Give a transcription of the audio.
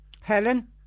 Helen